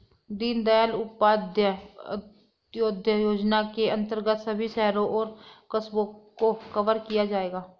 दीनदयाल उपाध्याय अंत्योदय योजना के अंतर्गत सभी शहरों और कस्बों को कवर किया जाएगा